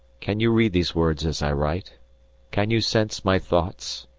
can you read these words as i write can you sense my thoughts?